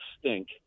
stink